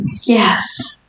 Yes